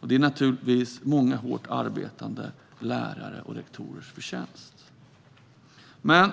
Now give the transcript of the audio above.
Detta är naturligtvis många hårt arbetande lärares och rektorers förtjänst. Men